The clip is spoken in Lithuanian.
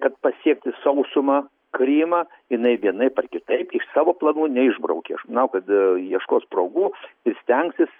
kad pasiekti sausumą krymą jinai vienaip ar kitaip iš savo planų neišbraukė aš manau kad ieškos progų stengsis